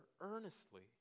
earnestly